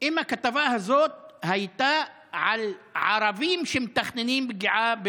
אם הכתבה הזאת הייתה על ערבים שמתכננים פגיעה ביהודים.